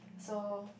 so